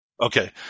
Okay